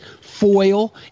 foil